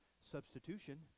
substitution